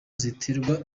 ziterwa